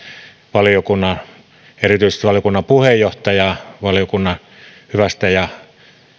erityisesti valiokunnan puheenjohtajaa hyvästä ja